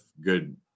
good